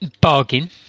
Bargain